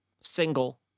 single